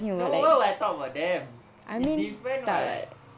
no when would I talk about them it's different [what]